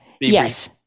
yes